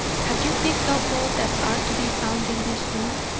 have you picked up all that are to be found in this room?